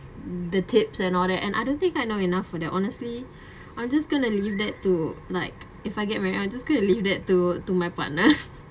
mm the tips and all that and I don't think I know enough for that honestly I'm just going to leave that to like if I get married I'm just going to leave that to to my partner